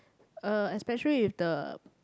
uh especially with the